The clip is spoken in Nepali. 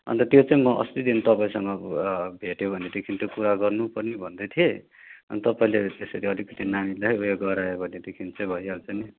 अन्त त्यो चाहिँ म अस्तिदेखि तपाईँसँग भेट्यो भनेदेखि कुरा गरौंँ पनि भन्दैथेँ अनि तपाईँले त्यसरी अलिकति नानीलाई उयो गरायो भनेदेखि भइहाल्छ नि